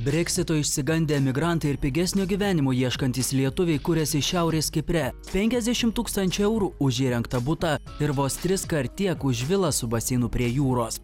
breksito išsigandę emigrantai ir pigesnio gyvenimo ieškantys lietuviai kuriasi šiaurės kipre penkiasdešimt tūkstančių eurų už įrengtą butą ir vos triskart tiek už vilą su baseinu prie jūros